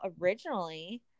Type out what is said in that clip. originally